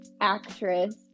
actress